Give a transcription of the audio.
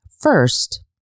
First